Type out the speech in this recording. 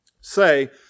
say